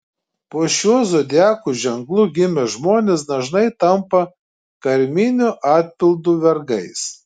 po šiuo zodiako ženklu gimę žmonės dažnai tampa karminių atpildų vergais